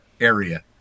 area